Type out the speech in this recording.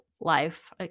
Life